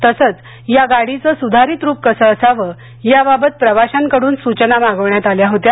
तसंच या गाडीचं सुधारित रूप कसं असावं यावावत प्रवाशांकडून सुचना मागवण्यात आल्या होत्या